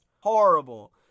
horrible